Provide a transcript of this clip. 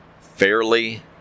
fairly